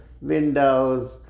windows